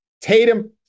Tatum